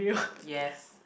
yes